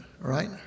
right